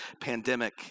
pandemic